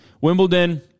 Wimbledon